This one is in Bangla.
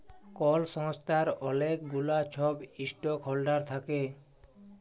কল সংস্থার অলেক গুলা ছব ইস্টক হল্ডার থ্যাকে